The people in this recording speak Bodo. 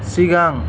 सिगां